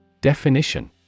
Definition